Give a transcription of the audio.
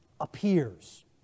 appears